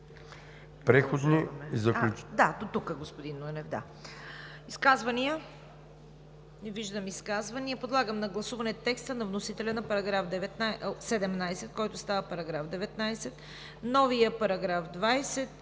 „Преходни и заключителни